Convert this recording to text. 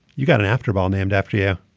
you got an after ball named after you.